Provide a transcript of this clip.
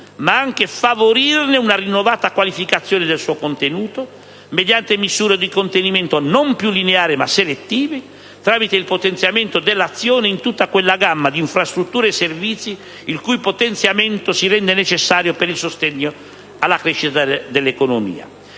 ma anche favorire un rinnovata qualificazione del suo contenuto mediante misure di contenimento non più lineari ma selettive, tramite il potenziamento dell'azione in tutta quella gamma di infrastrutture e servizi il cui potenziamento si rende necessario per il sostegno alla crescita dell'economia.